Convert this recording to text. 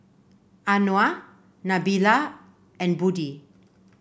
Anuar Nabila and Budi